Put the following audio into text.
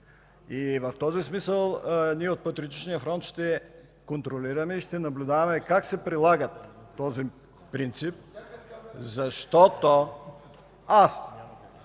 В този смисъл ние от Патриотичния фронт ще контролираме и ще наблюдаваме как ще прилагат този принцип.